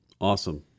Awesome